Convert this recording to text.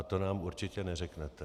A to nám určitě neřeknete.